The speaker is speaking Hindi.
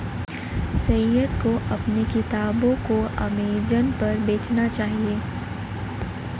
सैयद को अपने किताबों को अमेजन पर बेचना चाहिए